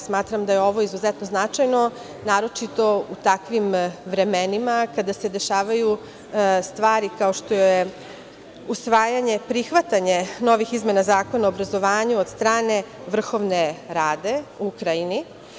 Smatram da je ovo izuzetno značajno, naročito u takvim vremenima kada se dešavaju stvari kao što je usvajanje, prihvatanje, novih izmena Zakona o obrazovanju od strane Vrhovne Rade u Ukrajini.